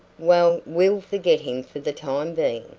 well, we'll forget him for the time being,